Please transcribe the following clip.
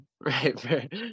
right